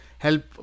help